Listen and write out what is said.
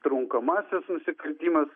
trunkamasis nusikaltimas